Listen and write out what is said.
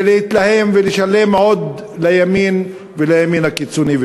ולהתלהם ולשלם עוד לימין ולימין הקיצוני.